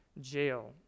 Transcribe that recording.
jail